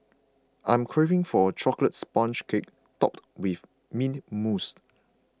I am craving for a Chocolate Sponge Cake Topped with Mint Mousse